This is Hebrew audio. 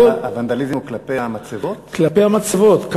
הוונדליזם הוא כלפי המצבות?